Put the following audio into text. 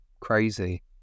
crazy